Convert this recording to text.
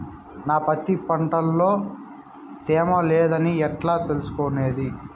నా పత్తి పంట లో తేమ లేదని ఎట్లా తెలుసుకునేది?